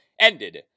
ended